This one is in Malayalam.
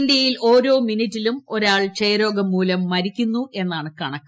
ഇന്ത്യയിൽ ഓരോ മിനിട്ടിലും ഒരാൾ ക്ഷയരോഗം മൂലം മരിക്കുന്നു എന്നാണ് കണക്ക്